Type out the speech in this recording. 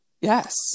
yes